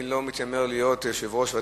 אני לא מתיימר להיות יושב-ראש ותיק,